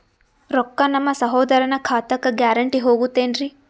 ರೊಕ್ಕ ನಮ್ಮಸಹೋದರನ ಖಾತಕ್ಕ ಗ್ಯಾರಂಟಿ ಹೊಗುತೇನ್ರಿ?